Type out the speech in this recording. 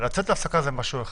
לצאת להפסקה זה משהו אחד.